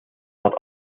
not